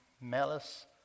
malice